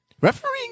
Refereeing